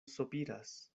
sopiras